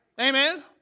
Amen